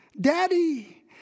Daddy